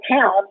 town